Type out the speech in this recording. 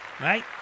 Right